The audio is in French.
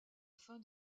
fin